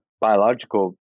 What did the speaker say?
biological